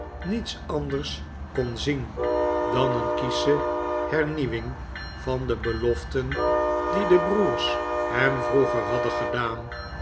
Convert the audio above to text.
niets anders kon zien dan een kiesche hernieuwing van de beloften die de broers hem vroeger hadden gedaan